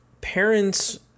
parents